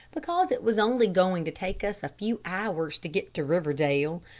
because it was only going to take us a few hours to get to riverdale.